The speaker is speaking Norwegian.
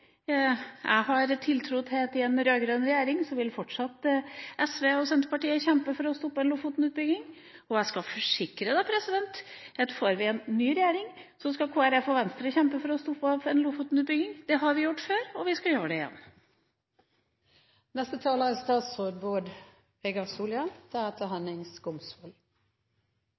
Jeg har tiltro til at i en rød-grønn regjering vil fortsatt SV og Senterpartiet kjempe for å stoppe en Lofoten-utbygging, og jeg skal forsikre om at dersom vi får en ny regjering, skal Kristelig Folkeparti og Venstre kjempe for å stoppe en Lofoten-utbygging. Det har vi gjort før, og vi skal gjøre det